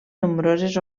nombroses